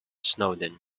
snowden